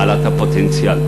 בעלת הפוטנציאל?